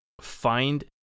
find